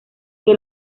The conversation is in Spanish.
que